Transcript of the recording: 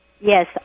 Yes